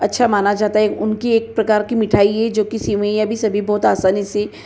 अच्छा माना जाता है उनकी एक प्रकार की मिठाई है जो कि सेवईयां भी सभी बहुत आसानी से